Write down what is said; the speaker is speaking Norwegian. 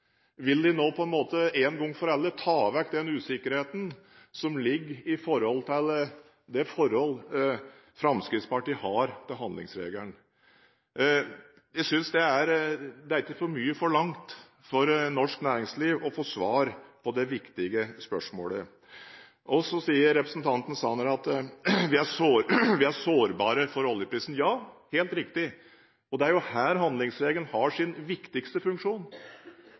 Vil dere nå, én gang for alle, ta bort den usikkerheten som ligger der med hensyn til det forholdet som Fremskrittspartiet har til handlingsregelen? Jeg synes ikke det er for mye forlangt for norsk næringsliv å få svar på det viktige spørsmålet. Så sier representanten Sanner at vi er sårbare for oljeprisen. Det er helt riktig, og det er jo her handlingsregelen har sin viktigste funksjon